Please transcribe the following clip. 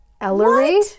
Ellery